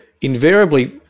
invariably